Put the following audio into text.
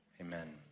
Amen